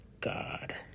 God